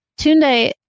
Tunde